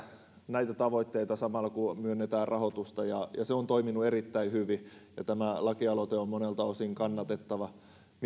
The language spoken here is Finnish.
näitä tavoitteita samalla kun myönnetään rahoitusta ja se on toiminut erittäin hyvin tämä lakialoite on monelta osin kannatettava mietin